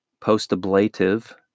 Post-ablative